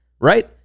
Right